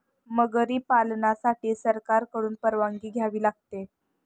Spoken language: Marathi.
मगरी पालनासाठी सरकारकडून परवानगी घ्यावी लागते